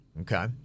Okay